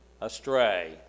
astray